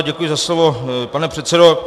Děkuji za slovo, pane předsedo.